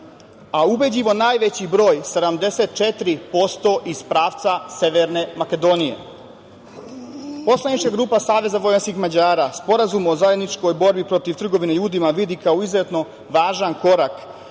a ubedljivo najveći broj 74% iz pravca Severne Makedonije. Poslanička grupa Savez vojvođanskih Mađara Sporazum o zajedničkoj borbi protiv trgovine ljudima vidi kao izuzetno važan korak